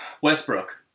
Westbrook